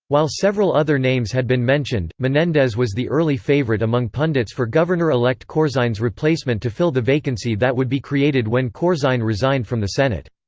while several other names had been mentioned, menendez was the early favorite among pundits for governor-elect corzine's replacement to fill the vacancy that would be created when corzine resigned from the senate.